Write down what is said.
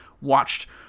watched